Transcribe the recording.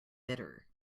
bitter